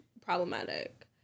problematic